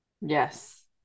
yes